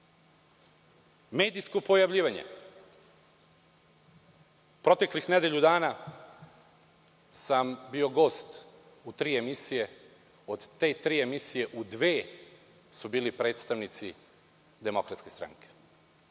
tamo? Medijsko pojavljivanje, proteklih nedelju dana sam bio gost u tri emisije, od te tri emisije u dve su bili predstavnici Demokratske stranke.